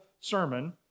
sermon